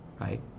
right